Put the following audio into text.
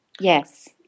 Yes